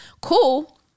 cool